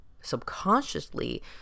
subconsciously